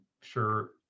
sure